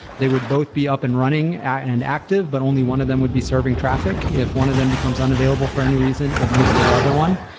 they would both be up and running at an active, but only one of them would be serving traffic. if one of them becomes unavailable for any reason, it moves to the other one.